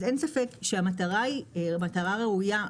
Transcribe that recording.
אז אין ספק שהמטרה היא מטרה ראויה.